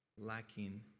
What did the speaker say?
lacking